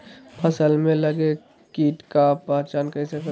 फ़सल में लगे किट का पहचान कैसे करे?